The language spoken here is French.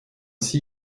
six